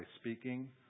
speaking